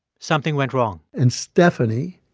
something went wrong and stephanie.